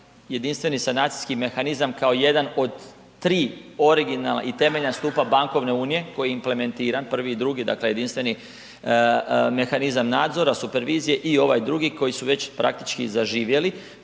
jedinstveni sanacijski mehanizam kao jedan od tri originalna i temeljna stupa bankovne unije koji je implementiran prvi i drugi, dakle jedinstveni mehanizam nadzora supervizije i ovaj drugi koji su već praktički zaživjeli.